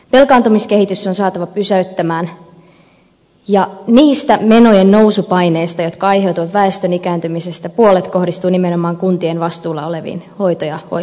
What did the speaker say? velkaantumiskehitys on saatava pysähtymään ja niistä menojen nousupaineista jotka aiheutuvat väestön ikääntymisestä puolet kohdistuu nimenomaan kuntien vastuulla oleviin hoito ja hoivapalveluihin